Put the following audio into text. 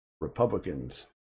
Republicans